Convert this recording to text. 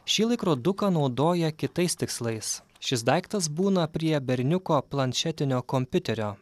šį laikroduką naudoja kitais tikslais šis daiktas būna prie berniuko planšetinio kompiuterio